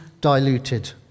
diluted